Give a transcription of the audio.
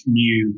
new